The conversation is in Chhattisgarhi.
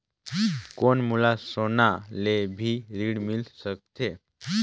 कौन मोला सोना ले भी ऋण मिल सकथे?